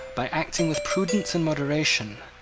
by acting with prudence and moderation,